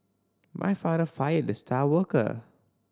my father fired the star worker